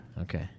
Okay